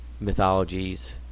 mythologies